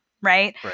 Right